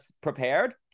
prepared